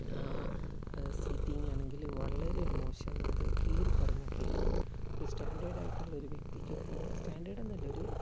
ആ സീറ്റിങ്ങാണെങ്കിൽ വളരെ മോശം അത് കീറിപ്പറിഞ്ഞൊക്കെ ഇരിക്കുന്നു ഒരു സ്റ്റാൻ്റേർഡായിട്ടുള്ളൊരു വ്യക്തിക്ക് സ്റ്റാൻ്റേർഡെന്നല്ല ഒരു